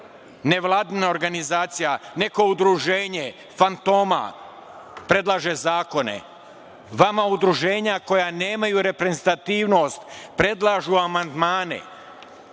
nevladina organizacija, neko udruženje fantoma, predlaže zakone. Vama udruženja koja nemaju reprezentativnost predlažu amandmane. Pa,